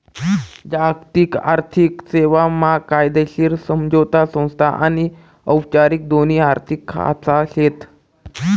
जागतिक आर्थिक सेवा मा कायदेशीर समझोता संस्था आनी औपचारिक दोन्ही आर्थिक खाचा शेत